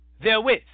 therewith